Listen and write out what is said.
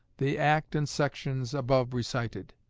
the act and sections above recited.